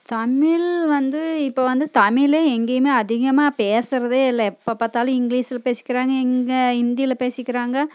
தமிழ் வந்து இப்போது வந்து தமிழே எங்கேயுமே அதிகமாக பேசுறதே இல்ளை எப்போ பார்த்தாலும் இங்கிலீஸில் பேசிக்கிறாங்க இங்கே இந்தியில் பேசிக்கிறாங்க